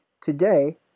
today